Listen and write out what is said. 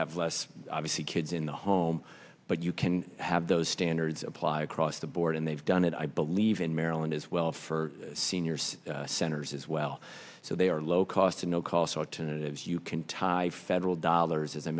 have less obviously kids in the home but you can have those standards why across the board and they've done it i believe in maryland as well for seniors centers as well so they are low cost to no cost alternatives you can tie federal dollars as i